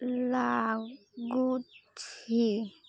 ଲାଗୁଛି